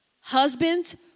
Husbands